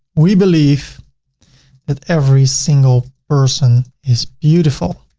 we believe that every single person is beautiful